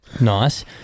Nice